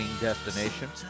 destination